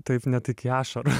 taip net iki ašarų